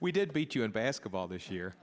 we did beat you in basketball this year